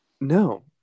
No